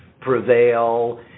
prevail